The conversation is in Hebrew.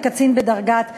לקצין בדרגת תת-אלוף,